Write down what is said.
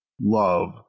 love